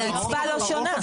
הרצפה לא שונה.